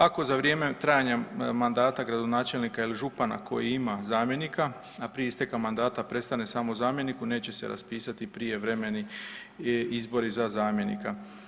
Ako za vrijeme trajanja mandata gradonačelnika ili župana koji ima zamjenika, a prije isteka mandata prestane samo zamjeniku neće se raspisati prijevremeni izbori za zamjenika.